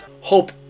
Hope